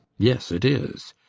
yes, it is.